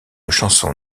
chanson